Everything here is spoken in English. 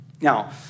Now